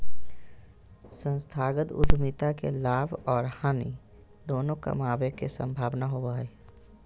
संस्थागत उद्यमिता में लाभ आर हानि दोनों कमाबे के संभावना होबो हय